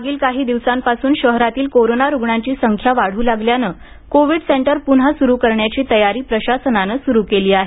मागील काही दिवसांपासून शहरातील कोरोना रुग्णांची संख्या वाढ्र लागल्यानं कोवीड सेंटर पुन्हा सुरू करण्याची तयारी प्रशासनाने सुरू केली आहे